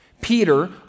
Peter